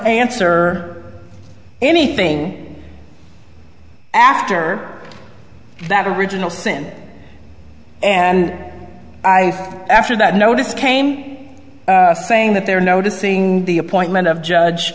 answer anything after that original sin and i after that notice came saying that they're noticing the appointment of judge